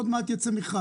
עוד מעט רק ייצא מכרז.